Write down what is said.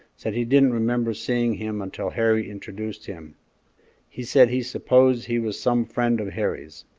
said he didn't remember seeing him until harry introduced him he said he supposed he was some friend of harry's.